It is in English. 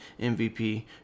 MVP